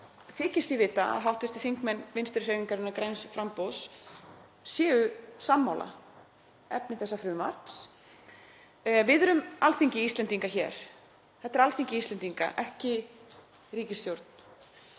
þykist ég vita að hv. þingmenn Vinstrihreyfingarinnar – græns framboðs séu sammála efni þessa frumvarps. Við erum Alþingi Íslendinga hér. Þetta er Alþingi Íslendinga, ekki ríkisstjórn.